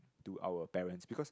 to our parents because